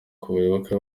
bayoboke